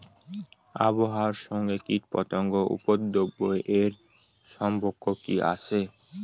আবহাওয়ার সঙ্গে কীটপতঙ্গের উপদ্রব এর সম্পর্ক কি আছে?